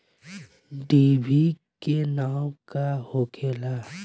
डिभी के नाव का होखेला?